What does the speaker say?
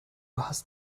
hast